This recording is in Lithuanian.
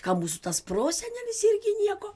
ka mūsų tas prosenelis irgi nieko